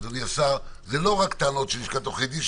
אדוני השר, זה לא רק טענות של לשכת עורכי הדין.